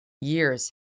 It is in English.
years